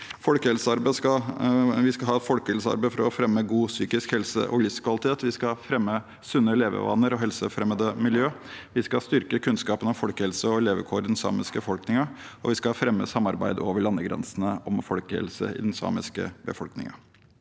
folkehelsearbeid for å fremme god psykisk helse og livskvalitet. Vi skal fremme sunne levevaner og helsefremmende miljø. Vi skal styrke kunnskapen om folkehelse og levekår i den samiske befolkningen, og vi skal fremme samarbeid over landegrensene om folkehelse i den samiske befolkningen.